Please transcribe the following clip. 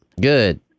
Good